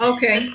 Okay